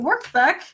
workbook